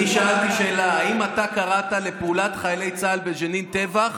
אני שאלתי שאלה: האם אתה קראת לפעולת חיילי צה"ל בג'נין טבח,